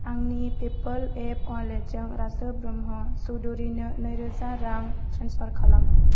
आंनि PayPal app वालेटजों राजु ब्रह्म चौधुरिनो नैरोजा रां ट्रेन्सफार खालाम